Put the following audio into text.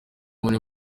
muri